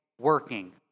Working